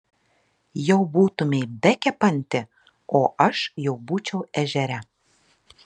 jau būtumei bekepanti o aš jau būčiau ežere